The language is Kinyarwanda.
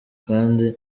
kandi